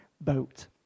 boat